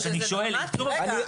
רגע,